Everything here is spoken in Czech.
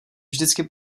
vždycky